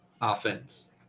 Offense